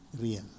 real